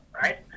right